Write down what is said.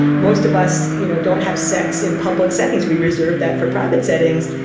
most of us you know don't have sex in public settings, we reserve that for private settings.